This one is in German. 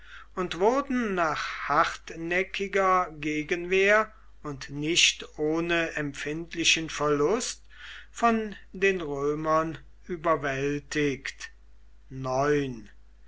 und wurden nach hartnäckiger gegenwehr und nicht ohne empfindlichen verlust von den römern überwältigt